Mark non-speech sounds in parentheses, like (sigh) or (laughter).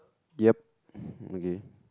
yup (breath) okay